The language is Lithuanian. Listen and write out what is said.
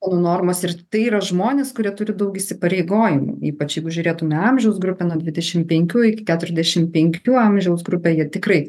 normos ir tai yra žmonės kurie turi daugiau įsipareigojimų ypač jeigu žiūrėtumė amžiaus grupė nuo nuo dvidešimt penkių iki keturiasdešimt penkių amžiaus grupėje tikrai